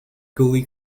gully